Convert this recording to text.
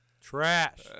Trash